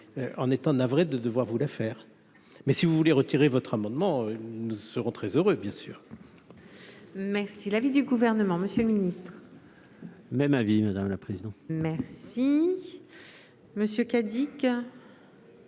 en étant navré de devoir vous la faire, mais si vous voulez retirer votre amendement, nous serons très heureux bien sûr. Merci l'avis du gouvernement, Monsieur le Ministre, même avis madame la présidente, merci Monsieur K. Dick.